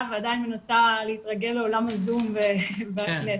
ועדיין מנסה להתרגל לעולם הזום והכנסת.